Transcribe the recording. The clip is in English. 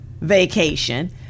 vacation